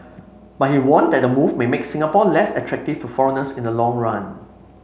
but he warned that the move may make Singapore less attractive to foreigners in the long run